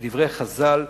כדברי חז"ל: